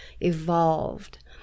evolved